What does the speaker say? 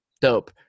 dope